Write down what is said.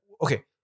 okay